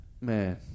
Man